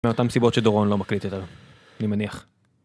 מאותם סיבות שדורון לא מקליט יותר, אני מניח.